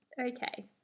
Okay